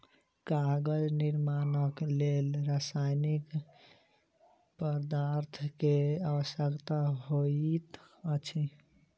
कागज निर्माणक लेल रासायनिक पदार्थ के आवश्यकता होइत अछि